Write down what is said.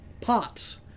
Pops